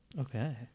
Okay